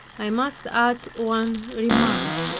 i must add one remark,